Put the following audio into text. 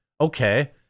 Okay